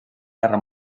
guerra